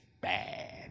bad